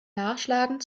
nachschlagen